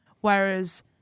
Whereas